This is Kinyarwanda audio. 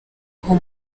aho